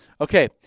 Okay